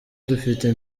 dufite